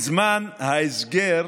בזמן ההסגר,